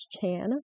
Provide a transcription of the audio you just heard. Chan